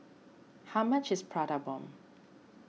how much is Prata Bomb